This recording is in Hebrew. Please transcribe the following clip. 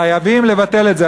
חייבים לבטל את זה.